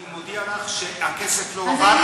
אני מודיע לך שהכסף לא הועבר,